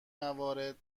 موارد